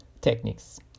techniques